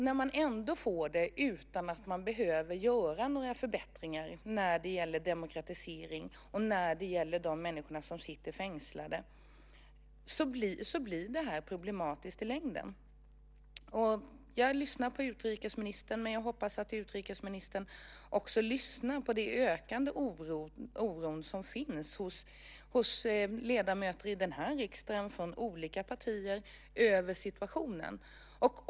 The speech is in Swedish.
När man ändå får det utan att man behöver göra några förbättringar när det gäller demokratisering och de människor som sitter fängslade blir det problematiskt i längden. Jag lyssnar på utrikesministern. Men jag hoppas att utrikesministern också lyssnar på den ökande oro som finns hos ledamöter i riksdagen från olika partier över situationen.